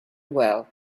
well